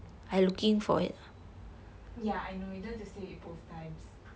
yeah I know you don't have to say it both times